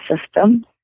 system